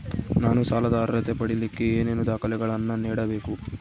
ನಾನು ಸಾಲದ ಅರ್ಹತೆ ಪಡಿಲಿಕ್ಕೆ ಏನೇನು ದಾಖಲೆಗಳನ್ನ ನೇಡಬೇಕು?